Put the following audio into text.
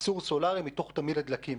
ייצור סולארי מתוך תמהיל הדלקים.